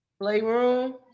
Playroom